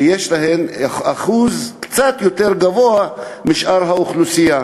שיש בהן אחוז קצת יותר גבוה מזה שבשאר האוכלוסייה?